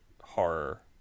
horror